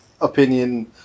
opinion